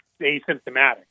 asymptomatic